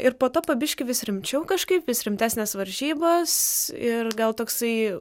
ir po to po biški vis rimčiau kažkaip vis rimtesnės varžybos ir gal toksai